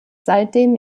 seitdem